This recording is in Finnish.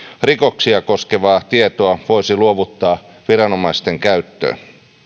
rikoksia koskevaa tietoa voisi luovuttaa viranomaisten käyttöön